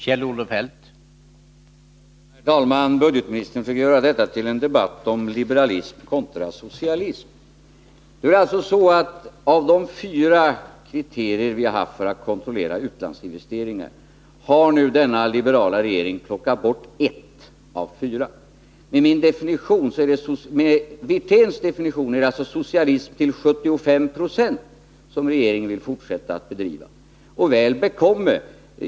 Herr talman! Budgetministern försöker göra detta till en debatt om liberalism kontra socialism. Nu är det alltså så, att av de fyra kriterier som vi har haft för att kontrollera utlandsinvesteringar har denna liberala regering plockat bort ett av fyra. Med Rolf Wirténs definition är det alltså socialism till 75 Jo som regeringen vill fortsätta att bedriva. Väl bekomme!